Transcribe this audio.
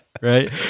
Right